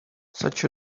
such